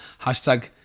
Hashtag